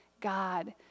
God